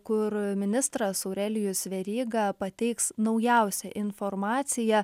kur ministras aurelijus veryga pateiks naujausią informaciją